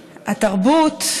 התרבות,